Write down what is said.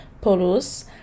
polos